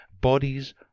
bodies